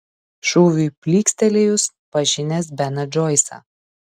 šūviui plykstelėjus pažinęs beną džoisą